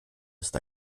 ist